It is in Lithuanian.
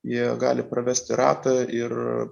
jie gali pravesti ratą ir